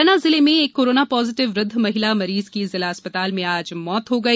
मुरैना जिले में एक कोरोना पॉजिटिव वृद्ध महिला मरीज की जिला अस्पताल में आज मौत हो गई